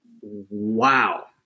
Wow